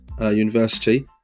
University